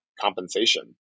compensation